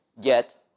Get